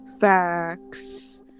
facts